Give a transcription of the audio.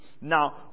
Now